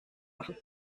machen